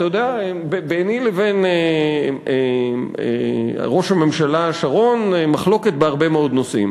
ביני לבין ראש הממשלה שרון הייתה מחלוקת בהרבה מאוד נושאים.